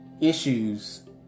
issues